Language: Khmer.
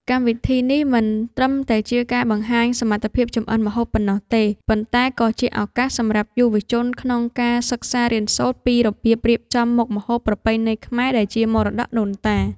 កម្មវិធីនេះមិនត្រឹមតែជាការបង្ហាញសមត្ថភាពចម្អិនម្ហូបប៉ុណ្ណោះទេ ប៉ុន្តែក៏ជាឱកាសសម្រាប់យុវជនក្នុងការសិក្សារៀនសូត្រពីរបៀបរៀបចំមុខម្ហូបប្រពៃណីខ្មែរដែលជាមរតកដូនតា។